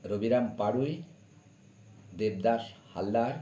Robiram Parui Debdas Haldar